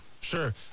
sure